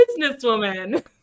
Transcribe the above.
businesswoman